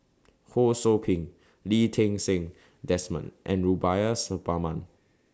Ho SOU Ping Lee Ti Seng Desmond and Rubiah Suparman